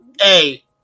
hey